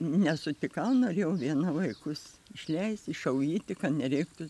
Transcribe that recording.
nesutikau norėjau viena vaikus išleisti išauginti kad nereiktų